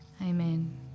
amen